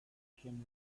came